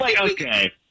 Okay